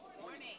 Morning